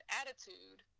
attitude